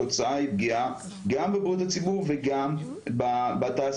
התוצאה היא פגיעה בבריאות הציבור וגם בתעשייה,